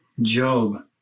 Job